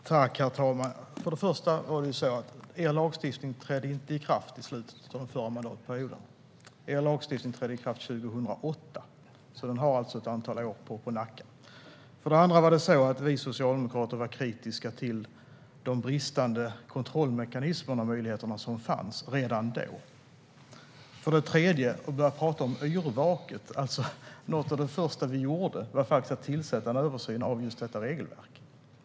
Herr talman! För det första trädde er lagstiftning inte i kraft i slutet av den förra mandatperioden. Er lagstiftning trädde i kraft 2008, så den har alltså ett antal år på nacken. För det andra var vi socialdemokrater redan då kritiska till de bristande kontrollmekanismerna. För det tredje pratar Johan Forssell om yrvaket. Något av det första som vi gjorde var att tillsätta en översyn av just detta regelverk.